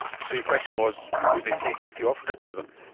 so your question was would they take it if you offered it to them?